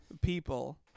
people